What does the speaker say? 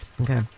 Okay